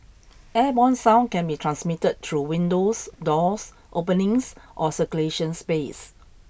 airborne sound can be transmitted through windows doors openings or circulation space